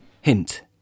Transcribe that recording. Hint